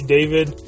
David